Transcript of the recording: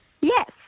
Yes